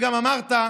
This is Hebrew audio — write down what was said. וגם אמרת,